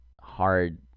hard